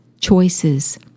choices